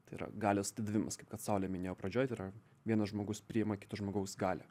tai yra galios atidavimas kaip kad saulė minėjo pradžioj tai yra vienas žmogus priima kito žmogaus galią